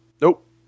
Nope